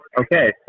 Okay